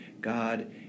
God